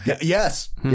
Yes